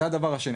אז זה הדבר השני.